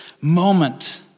moment